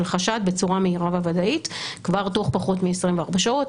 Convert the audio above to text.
חשד בצורה מהירה וודאית כבר תוך פחות מ-24 שעות.